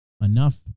enough